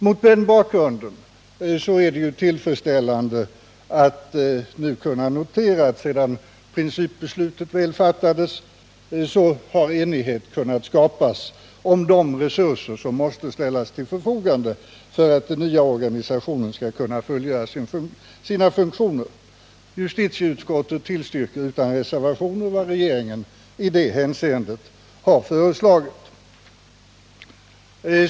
Mot denna bakgrund är det tillfredsställande att notera att sedan principbeslutet väl fattats, enighet kunnat skapas om de resurser som måste ställas till förfogande för att den nya organisationen skall kunna fullgöra sina funktioner. Justitieutskottet tillstyrker utan reservationer vad regeringen i det hänseendet föreslagit.